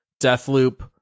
Deathloop